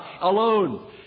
alone